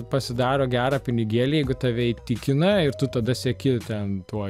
pasidaro gerą pinigėlį jeigu tave įtikina ir tu tada sieki ten tuo